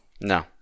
No